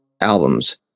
albums